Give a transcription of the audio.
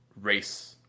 race